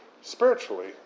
spiritually